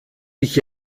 dich